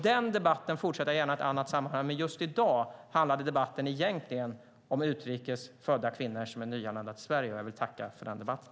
Den debatten fortsätter jag gärna i ett annat sammanhang, men just i dag handlade debatten egentligen om utrikes födda kvinnor som är nyanlända i Sverige, och jag vill tacka för den debatten.